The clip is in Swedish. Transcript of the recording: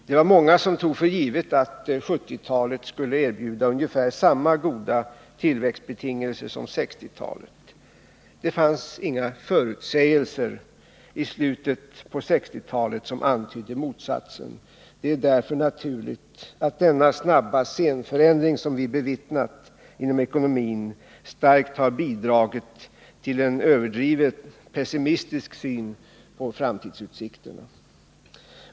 Det var många som tog för givet att 1970-talet skulle erbjuda ungefär samma goda tillväxtbetingelser som 1960-talet. Det fanns inga förutsägelser i slutet av 1960-talet som antydde motsatsen. Därför är det naturligt att den snabba scenförändring i ekonomin som vi har bevittnat starkt har bidragit till en överdrivet pessimistisk syn på framtidsutsikterna.